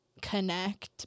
connect